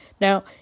Now